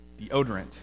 Deodorant